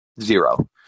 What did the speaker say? zero